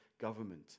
government